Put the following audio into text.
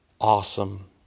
awesome